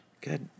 Good